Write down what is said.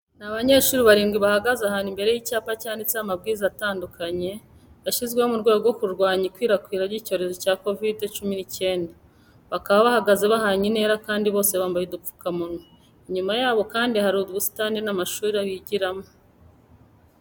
Ni abanyeshuri barindwi bahagaze ahantu imbere y'icyapa cyanditseho amabwiriza atandukanye, yashyizweho mu rwego rwo kurwanya ikwirakwira ry'icyorezo cya kovide cumi n'icyenda. Bakaba bahagaze bahanye intera kandi bose bambaye udupfukamunwa, inyuma yabo kandi hari ubusitani n'amashuri bigiramo.